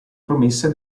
promessa